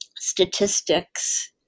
statistics